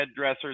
headdressers